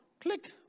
Click